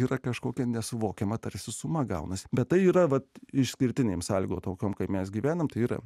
yra kažkokia nesuvokiama tarsi suma gaunasi bet tai yra vat išskirtinėms sąlygų tokiam kaip mes gyvename tai yra